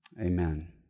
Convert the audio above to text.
Amen